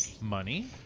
money